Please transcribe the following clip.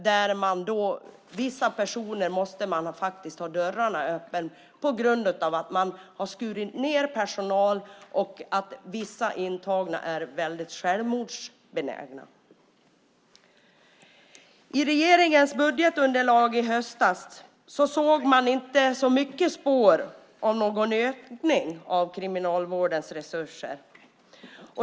För vissa intagna måste man ha dörrarna öppna eftersom man har skurit ned på personalen, och vissa intagna är väldigt självmordsbenägna. I regeringens budgetunderlag i höstas såg man inte mycket spår av någon ökning av kriminalvårdens resurser.